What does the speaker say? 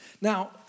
Now